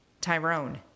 Tyrone